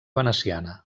veneciana